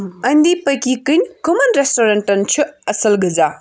أندی پٔکی کٮ۪ن کٕمَن ریسٹورنٹَن چھُ اصِل غِذا